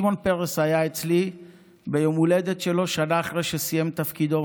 שמעון פרס היה אצלי ביום ההולדת שלו שנה אחרי שסיים את תפקידו,